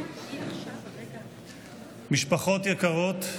משפחות יקרות,